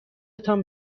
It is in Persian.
تان